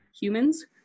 humans